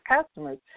customers